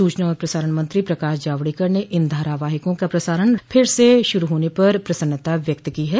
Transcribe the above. सूचना और प्रसारण मंत्री प्रकाश जावड़ेकर ने इन धारावाहिकों का प्रसारण फिर से शुरू होने पर प्रसन्नता व्यक्त की है